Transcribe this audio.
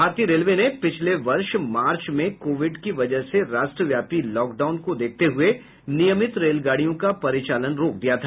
भारतीय रेलवे ने पिछले वर्ष मार्च में कोविड की वजह से राष्ट्रव्यापी लॉकडाउन को देखते हुए नियमित रेलगाडियों का परिचालन रोक दिया था